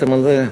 חשבתם על זה?